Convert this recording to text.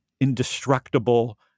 indestructible